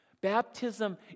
Baptism